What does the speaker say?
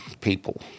people